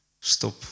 stop